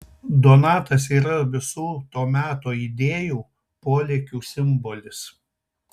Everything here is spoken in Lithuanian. donatas yra visų to meto idėjų polėkių simbolis